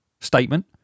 statement